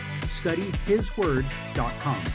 studyhisword.com